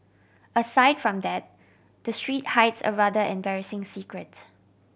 aside from that the street hides a rather embarrassing secret